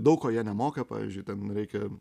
daug ko jie nemoka pavyzdžiui ten reikia